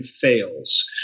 fails